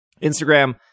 Instagram